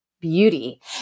beauty